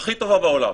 הכי טובה בעולם.